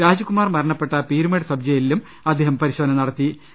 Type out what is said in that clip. രാജ്കുമാർ മരണപ്പെട്ട Peermade sub ജയിലിലും അദ്ദേഹം പരിശോധന നടത്തിയിരുന്നു